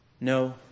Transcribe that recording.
no